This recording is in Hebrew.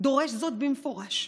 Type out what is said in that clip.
דורש זאת במפורש?